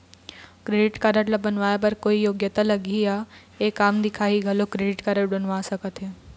Credit card ला बनवाए बर कोई योग्यता लगही या एक आम दिखाही घलो क्रेडिट कारड बनवा सका थे?